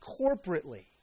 corporately